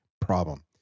problem